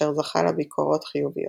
אשר זכה לביקורות חיוביות.